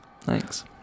Thanks